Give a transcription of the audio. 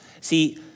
See